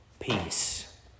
Peace